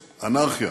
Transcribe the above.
אנרכיה,